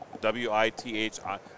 w-i-t-h-i